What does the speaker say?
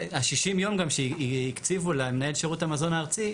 ה-60 יום גם שהקציבו למנהל שירות המזון הארצי,